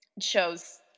shows